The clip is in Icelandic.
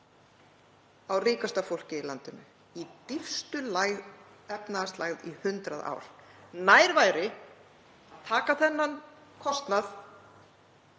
á ríkasta fólkið í landinu í dýpstu efnahagslægð í hundrað ár. Nær væri að taka þann kostnað